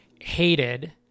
hated